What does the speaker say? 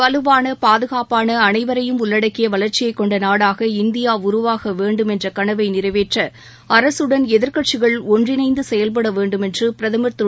வலுவான பாதுகாப்பான அனைவரையும் உள்ளடக்கிய வளர்ச்சியைக் கொண்ட நாடாக இந்தியா உருவாக வேண்டும் என்ற கனவை நிறைவேற்ற அரசுடன் எதிர்க்கட்சிகள் ஒன்றிணைந்து செயல்பட வேண்டும் என்று பிரதமர் திரு